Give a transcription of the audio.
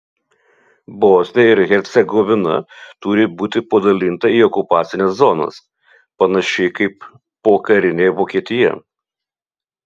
bosnija ir hercegovina turi būti padalinta į okupacines zonas panašiai kaip pokarinė vokietija